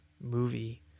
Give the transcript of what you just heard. movie